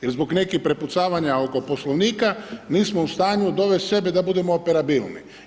Jer zbog nekih prepucavanja oko Poslovnika, mi smo u stanju dovest sebe da budemo operabilni.